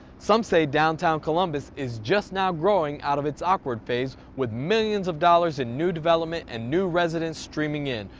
some say downtown columbus is just now growing out of its awkward phase with millions of dollars in new development and new residents streaming in.